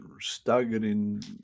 staggering